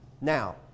Now